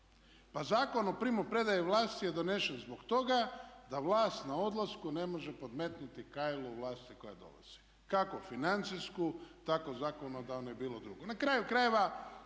Pa Zakon o primopredaji vlasti je donesen zbog toga da vlast na odlasku ne može podmetnuti kajlu vlasti koja dolazi. Kako financijsku tako i zakonodavnu i bilo koju